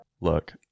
Look